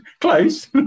Close